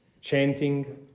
chanting